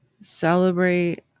celebrate